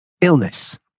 illness